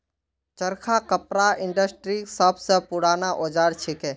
चरखा कपड़ा इंडस्ट्रीर सब स पूराना औजार छिके